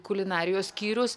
kulinarijos skyrius